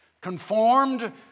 conformed